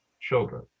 children